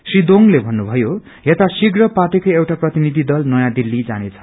श्री दोंगले भन्नु भयो यथाशीघ्र पार्टीको एउटा प्रतिनिधि दल नयाँ दिल्ली जाने छ